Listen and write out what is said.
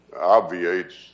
obviates